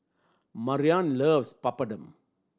Marian loves Papadum